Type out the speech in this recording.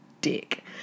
dick